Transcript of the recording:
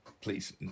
Please